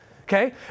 okay